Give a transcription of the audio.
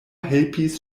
helpis